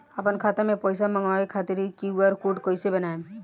आपन खाता मे पईसा मँगवावे खातिर क्यू.आर कोड कईसे बनाएम?